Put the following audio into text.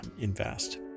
invest